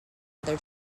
other